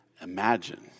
imagine